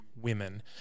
women